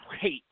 great